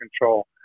control